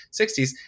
60s